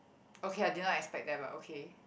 okay I did not expect that but okay